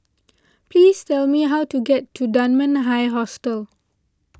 please tell me how to get to Dunman High Hostel